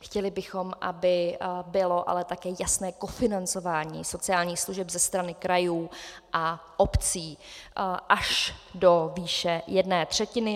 Chtěli bychom, aby bylo ale taky jasné kofinancování sociálních služeb ze strany krajů a obcí až do výše jedné třetiny.